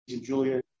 Julia